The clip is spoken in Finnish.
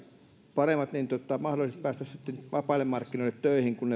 paremmat mahdollisuudet päästä sitten vapaille markkinoille töihin kun